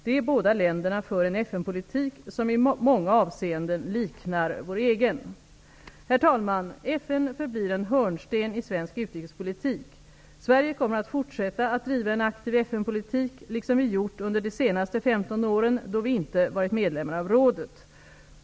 De båda länderna för en FN-politik som i många avseenden liknar vår egen. Herr talman! FN förblir en hörnsten i svensk utrikespolitik. Sverige kommer att fortsätta att driva en aktiv FN-politik, liksom vi gjort under de senaste 15 åren då vi inte varit medlemmar av rådet.